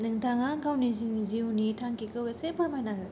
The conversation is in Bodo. नोंथाङा गावनि जिउनि जिउनि थांखिखौ एसे फोरमायना हो